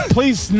Please